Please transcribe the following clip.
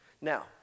Now